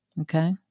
Okay